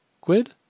Quid